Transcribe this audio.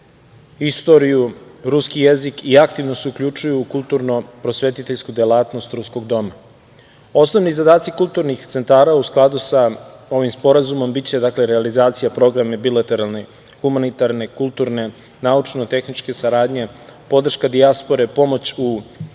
istoriju, ruski jezik i aktivno se uključuju u kulturno-prosvetiteljsku delatnost ruskog doma. Osnovni zadaci kulturnih centara, u skladu sa ovim sporazumom, biće realizacija programa i bilateralne, humanitarne, kulturne, naučno-tehničke saradnje, podrška dijaspore, pomoć u